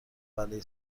بلایی